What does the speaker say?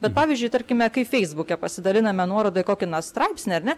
bet pavyzdžiui tarkime kai feisbuke pasidaliname nuoroda į kokį nors straipsnį ar ne